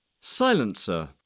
Silencer